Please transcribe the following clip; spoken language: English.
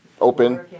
Open